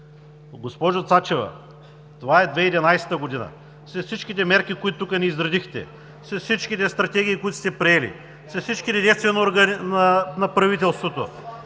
Госпожо Цачева, това е 2011 г. След всичките мерки, които тук ни изредихте, след всичките стратегии, които сте приели, след всички действия на правителството